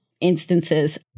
instances